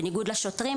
בניגוד לשוטרים,